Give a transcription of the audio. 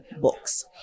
books